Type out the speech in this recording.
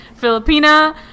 Filipina